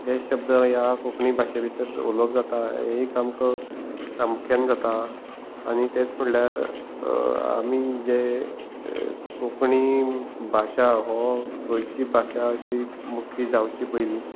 ते शब्द ह्या कोंकणी भाशेंत भितर उलोवप जाता हें एक आमकां प्रामुख्यान जाता आनी तेंच म्हणल्यार आमी जें कोंकणी भाशा हो गोंयची भाशा अशी मुख्खी जावची पयलीं